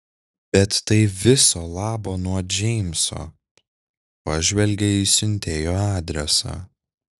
bet tai viso labo nuo džeimso pažvelgė į siuntėjo adresą